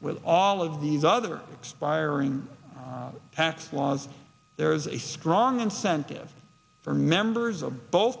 with all of these other expiring pass laws there's a strong incentive for members of both